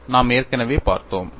நாம் ஏற்கனவே பார்த்தோம்